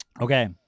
Okay